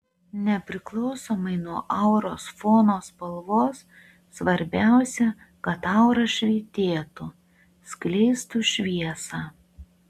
nepriklausomai nuo auros fono spalvos svarbiausia kad aura švytėtų skleistų šviesą